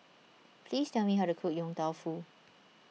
please tell me how to cook Yong Tau Foo